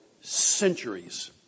centuries